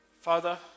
Father